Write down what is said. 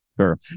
Sure